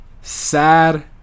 sad